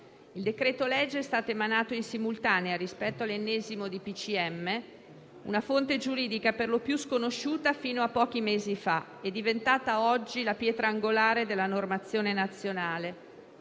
Il decreto-legge è stato emanato in simultanea rispetto all'ennesimo DPCM, una fonte giuridica perlopiù sconosciuta fino a pochi mesi fa e diventata oggi la pietra angolare della normazione nazionale;